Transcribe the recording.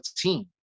team